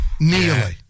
Nearly